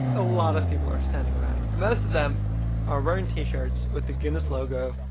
a lot of people are standing around. most of them are wearing t-shirts with the guinness logo.